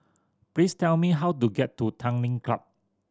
please tell me how to get to Tanglin Club